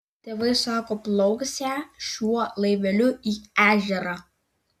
tėvai sako plauksią šiuo laiveliu į ežerą